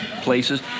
places